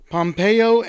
Pompeo